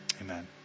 Amen